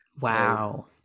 Wow